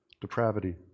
Depravity